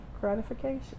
gratification